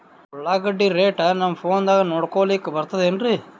ಉಳ್ಳಾಗಡ್ಡಿ ರೇಟ್ ನಮ್ ಫೋನದಾಗ ನೋಡಕೊಲಿಕ ಬರತದೆನ್ರಿ?